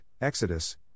Exodus